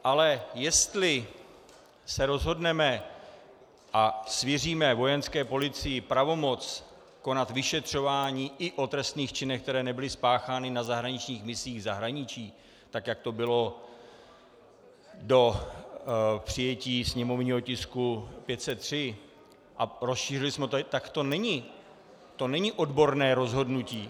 Ale jestli se rozhodneme a svěříme Vojenské policii pravomoc konat vyšetřování i o trestných činech, které nebyly spáchány na zahraničních misích v zahraničí, tak jak to bylo do přijetí sněmovního tisku 503, a rozšířili jsme to, tak to není odborné rozhodnutí.